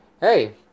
hey